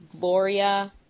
Gloria